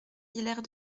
hilaire